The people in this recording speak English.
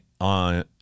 on